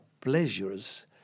pleasures